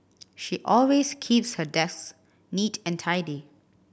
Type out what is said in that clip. she always keeps her desks neat and tidy